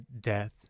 death